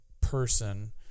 person